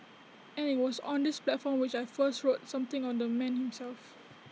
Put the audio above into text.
and IT was on this platform which I first wrote something on the man himself